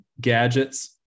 gadgets